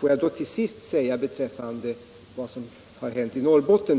Mitt sammanträffande med fackföreningsrepresentanterna i Norrbotten gav f. ö. vid handen att de var helt införstådda med den nuvarande regeringens aktionsprogram beträffande Norrbotten. Jag har deklarerat att det kommer att läggas fram en proposition med förslag på ett kapitaltillskott för ekonomisk rekonstruktion av NJA på 1 800 milj.kr. i ett företag med en balansomslutning på drygt 1 miljard. Det anger väl om något dimensionen av vår vilja att säkra den industriella utvecklingen i Norrbotten.